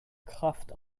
kraft